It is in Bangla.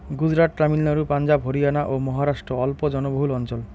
গুজরাট, তামিলনাড়ু, পাঞ্জাব, হরিয়ানা ও মহারাষ্ট্র অল্প জলবহুল অঞ্চল